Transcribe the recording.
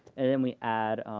and then we add